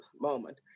moment